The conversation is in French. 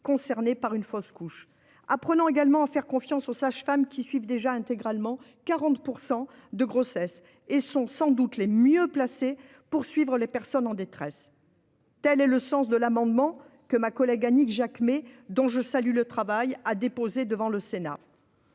concernés par une fausse couche. Apprenons à faire confiance aux sages-femmes, qui suivent déjà intégralement 40 % des grossesses et sont sans doute les mieux placées pour suivre les personnes en détresse. Tel est le sens de l'amendement déposé par ma collègue Annick Jacquemet, dont je salue le travail. Il ne nous